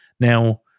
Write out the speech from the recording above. Now